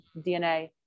DNA